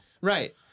Right